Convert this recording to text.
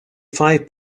five